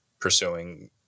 pursuing